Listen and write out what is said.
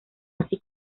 así